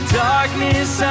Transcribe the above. darkness